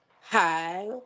hi